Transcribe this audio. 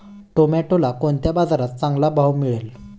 टोमॅटोला कोणत्या बाजारात चांगला भाव मिळेल?